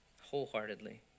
wholeheartedly